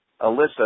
Alyssa